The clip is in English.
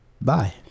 Bye